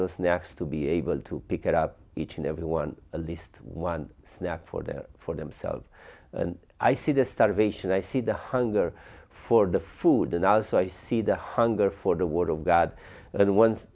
the snacks to be able to pick it up each and everyone at least one snack for their for themselves and i see the starvation i see the hunger for the food and as i see the hunger for the word of god and